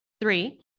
Three